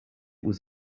was